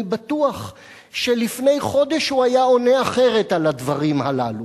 אני בטוח שלפני חודש הוא היה עונה אחרת על הדברים הללו.